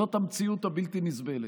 זו המציאות הבלתי-נסבלת.